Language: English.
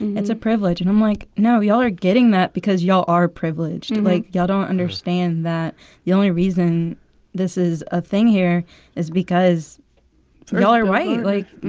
it's a privilege. and i'm like, no, y'all are getting that because y'all are privileged. like, y'all don't understand that the only reason this is a thing here is because y'all are white. like,